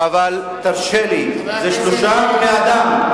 תרשה לי, זה שלושה בני-אדם.